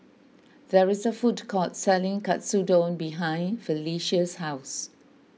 there is a food court selling Katsudon behind Phylicia's house